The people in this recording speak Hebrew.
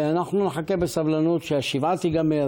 לחבר הכנסת יעקב מרגי,